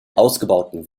ausgebauten